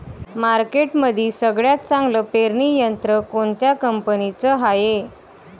मार्केटमंदी सगळ्यात चांगलं पेरणी यंत्र कोनत्या कंपनीचं हाये?